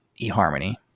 eHarmony